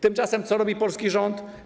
Tymczasem co robi polski rząd?